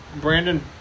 Brandon